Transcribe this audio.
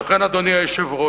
לכן, אדוני היושב-ראש,